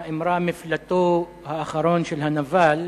האמרה "מפלטו האחרון של הנבל"